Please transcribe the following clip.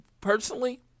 personally